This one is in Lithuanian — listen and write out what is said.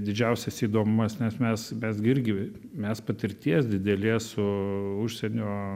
didžiausias įdomumas nes mes mes gi irgi mes patirties didelės su užsienio